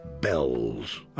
bells